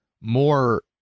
more